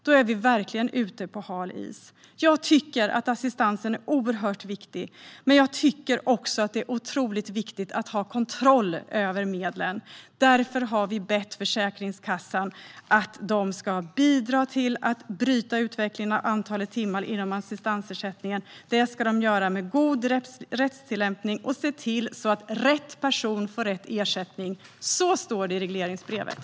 Då är vi verkligen ute på hal is. Jag tycker att assistansen är oerhört viktig, men jag tycker också att det är otroligt viktigt att ha kontroll över medlen. Därför har vi bett Försäkringskassan att bidra till att bryta utvecklingen av antalet timmar inom assistansersättningen. Det ska de göra med god rättstillämpning och se till att rätt person får rätt ersättning. Så står det i regleringsbrevet.